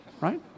right